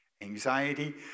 anxiety